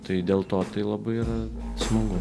tai dėl to tai labai yra smagu